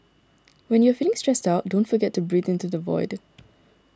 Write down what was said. when you are feeling stressed out don't forget to breathe into the void